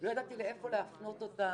לא ידעתי לאיפה להפנות אותה.